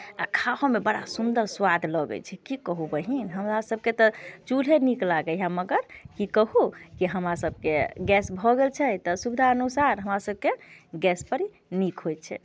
आ खाहोमे बड़ा सुन्दर स्वाद लगैत छै की कहू बहिन हमरासभके तऽ चूल्हे नीक लागैए मगर की कहू कि हमरसभके गैस भऽ गेल छै तऽ सुविधा अनुसार हमरासभके गैसपर नीक होइत छै